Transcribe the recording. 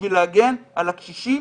בשביל להגן על הקשישים,